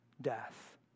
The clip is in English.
death